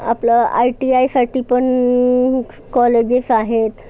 आपलं I T आयसाठी पण कॉलेजेस आहेत